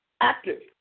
active